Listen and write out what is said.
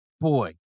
boy